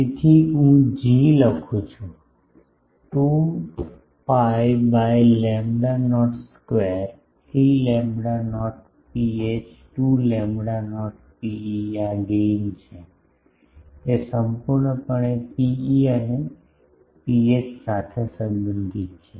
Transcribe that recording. તેથી હું G લખું છું 2 pi by lambda nought square 3 lambda nought ρh 2 lambda nought ρe આ ગેઇન છે તે સંપૂર્ણપણે ρe અને ρh સાથે સંબંધિત છે